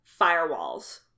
firewalls